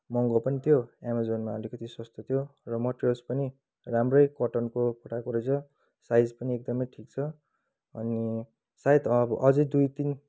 महँगो पनि थियो एमाजोनमा अलिकति सस्तो थियो र मटेरियल्स पनि राम्रै कटनको पठाएको रहेछ साइज पनि एकदमै ठिक छ अनि सायद अ अझै दुई तिन